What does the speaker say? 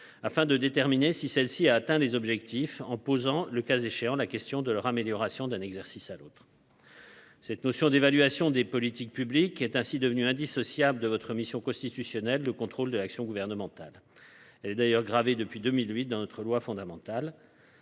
afin de déterminer si celle ci a atteint ses objectifs, en posant, le cas échéant, la question de son amélioration d’un exercice à l’autre. Cette notion d’évaluation des politiques publiques est ainsi devenue indissociable de votre mission constitutionnelle de contrôle de l’action gouvernementale, mesdames, messieurs les sénateurs. Elle est d’ailleurs gravée depuis 2008 dans la Loi fondamentale.